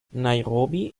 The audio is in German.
nairobi